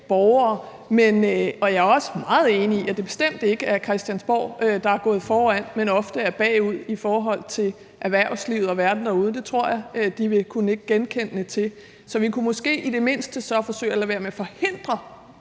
borgere. Jeg er også meget enig i, at det bestemt ikke er Christiansborg, der er gået foran, men ofte er bagud i forhold til erhvervslivet og verden derude. Det tror jeg de vil kunne nikke genkendende til. Vi kunne så måske i det mindste forsøge at lade være med at forhindre,